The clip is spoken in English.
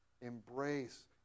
Embrace